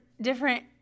different